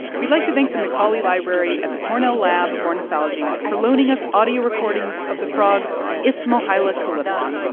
we'd like to thank the macaulay library at the cornell lab of ornithology for loaning us audio recordings of the frog isthmohyla calypsa.